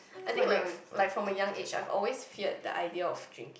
I think like like from a young age I've always feared the idea of drink